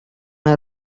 her